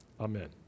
Amen